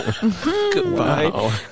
goodbye